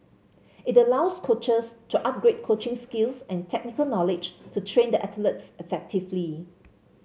it allows coaches to upgrade coaching skills and technical knowledge to train the athletes effectively